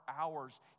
hours